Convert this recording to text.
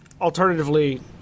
alternatively